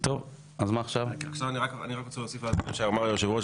אני רוצה להוסיף על מה שאמר היושב ראש